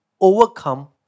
overcome